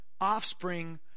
offspring